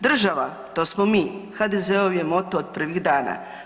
Država to smo mi, HDZ-ov je moto od prvih dana.